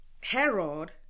Herod